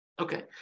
Okay